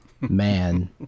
man